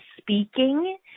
speaking